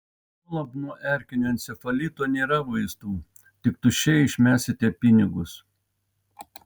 juolab nuo erkinio encefalito nėra vaistų tik tuščiai išmesite pinigus